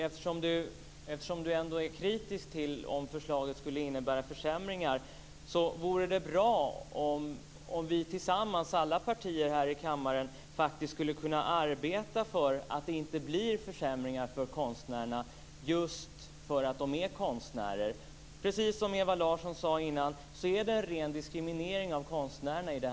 Eftersom Paavo Vallius ändå är kritisk om förslaget skulle innebära försämringar, vore det bra om alla partier i kammaren tillsammans kunde arbeta för att det inte blir försämringar för konstnärerna just för att de är konstnärer. Precis som Ewa Larsson sade innan är det nya a-kasseförslaget en ren diskriminering av konstnärerna.